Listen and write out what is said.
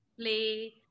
play